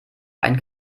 ein